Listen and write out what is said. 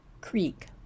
Creek